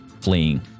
fleeing